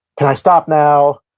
can i stop now?